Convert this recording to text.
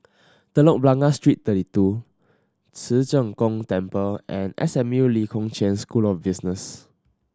Telok Blangah Street Thirty Two Ci Zheng Gong Temple and S M U Lee Kong Chian School of Business